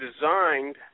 designed